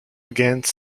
against